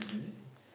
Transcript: okay